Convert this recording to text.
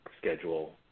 schedule